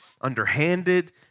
underhanded